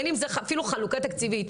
אפילו חלוקת תקציבים,